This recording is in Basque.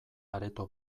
areto